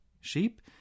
sheep